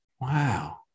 Wow